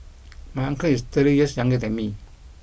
my uncle is thirty years younger than me